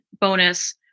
bonus